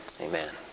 amen